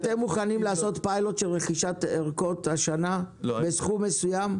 אתה מוכנים לעשות פיילוט של רכישת ערכות השנה בסכום מסוים?